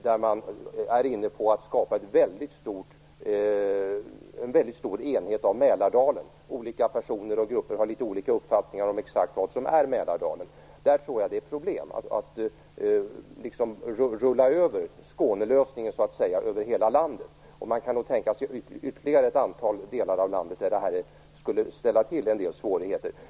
Där är man inne på att skapa en väldigt stor enhet av Mälardalen. Olika personer och grupper har litet olika uppfattning om vad exakt som är Mälardalen. Jag tror att det kommer att bli problem med att tilllämpa Skånelösningen över hela landet. Man kan nog tänka sig ytterligare ett antal delar av landet där det här skulle ställa till en del svårigheter.